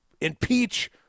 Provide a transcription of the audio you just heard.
impeach